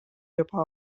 juba